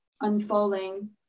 unfolding